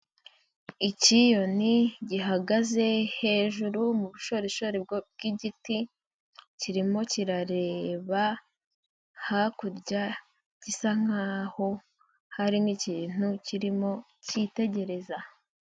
Ikiyoni gihagaze hejuru mu bushorishori bw'igiti kirimo kirareba hakurya gisa nk'aho hari nk'ikintu kirimo kitegereza.